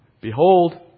Behold